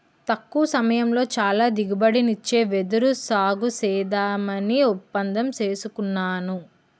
తక్కువ సమయంలో చాలా దిగుబడినిచ్చే వెదురు సాగుసేద్దామని ఒప్పందం సేసుకున్నాను